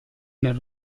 nel